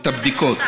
את הבדיקות.